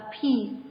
peace